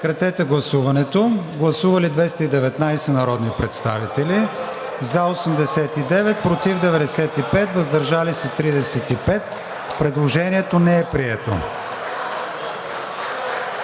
на гласуване. Гласували 222 народни представители: за 95, против 108, въздържали се 19. Предложението не е прието.